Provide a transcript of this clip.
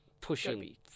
pushing